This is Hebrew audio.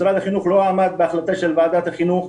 משרד החינוך לא עמד בהחלטה של ועדת החינוך.